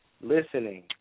listening